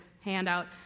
handout